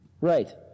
Right